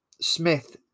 Smith